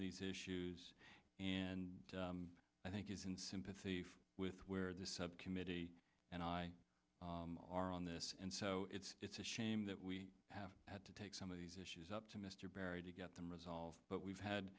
these issues and i think is in sympathy with where the subcommittee and i are on this and so it's it's a shame that we have had to take some of these issues up to mr berry to get them resolved but we've